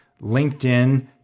LinkedIn